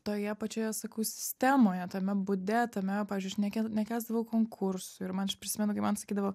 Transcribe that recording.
toje pačioje sakau sistemoje tame būde tame pavyzdžiui aš neke nekęsdavau konkursų ir man prisimenu kaip man sakydavo